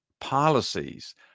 policies